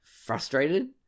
frustrated